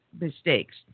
mistakes